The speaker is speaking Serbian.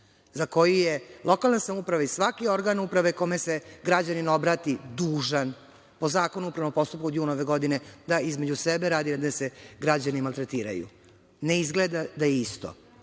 za koje je lokalna samouprava i svaki organ uprave kome se građanin obrati dužan po Zakonu o upravnom postupku od juna ove godine da između sebe, a ne da se građani maltretiraju. Ne izgleda isto.